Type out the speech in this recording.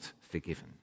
forgiven